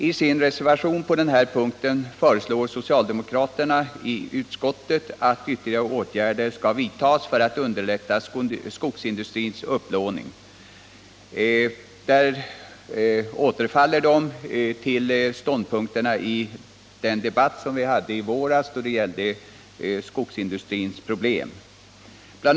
I sin reservation på den här punkten föreslår socialdemokraterna i utskottet att ytterligare åtgärder skall vidtas för att underlätta skogsindustrins upplåning. Man återfaller till de ståndpunkter man framförde i debatten i våras om skogsindustrins problem. Bl.